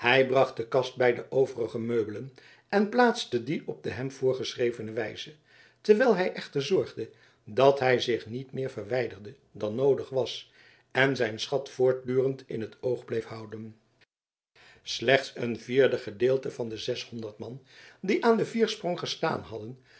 hij bracht de kast bij de overige meubelen en plaatste die op de hem voorgeschrevene wijze terwijl hij echter zorgde dat hij zich niet meer verwijderde dan noodig was en zijn schat voortdurend in t oog bleef houden slechts een vierde gedeelte van de zeshonderd man die aan den viersprong gestaan hadden